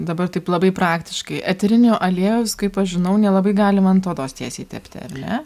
dabar taip labai praktiškai eterinio aliejaus kaip aš žinau nelabai galima ant odos tiesiai tepti ar ne